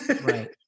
Right